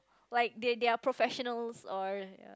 like they they are professionals or